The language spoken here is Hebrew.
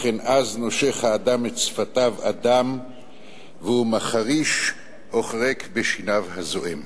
לכן אז נושך האדם את שפתיו עד דם והוא מחריש או חורק בשיניו הזועם.